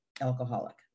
alcoholic